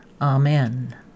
amen